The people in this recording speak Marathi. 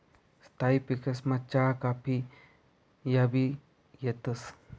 स्थायी पिकेसमा चहा काफी याबी येतंस